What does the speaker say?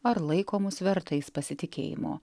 ar laiko mus vertais pasitikėjimo